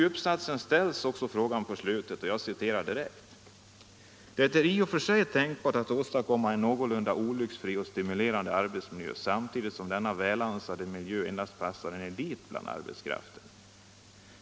I slutet av uppsatsen säger man: ”Det är i och för sig tänkbart att åstadkomma en någorlunda olycksfri och stimulerande arbetsmiljö samtidigt som denna välansade miljö endast passar en elit bland arbetskraften.